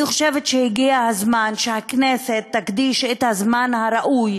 אני חושבת שהגיע הזמן שהכנסת תקדיש את הזמן הראוי